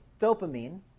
dopamine